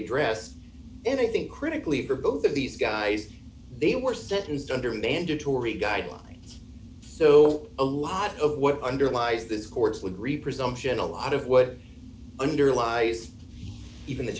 addressed and i think critically for both of these guys they were sentenced under mandatory guidelines so a lot of what underlies this course would reap resumption a lot of what underlies even the